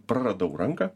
praradau ranką